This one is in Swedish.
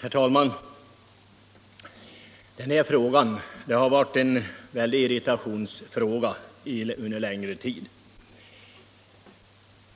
Herr talman! Den kommunala renhållningslagens tillämpning har varit en väldig irritationskälla under en längre tid.